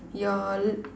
your